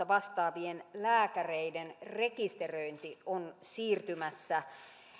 vastaavien lääkäreiden rekisteröinti on siirtymässä